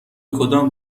کدام